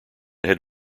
had